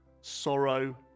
sorrow